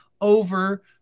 over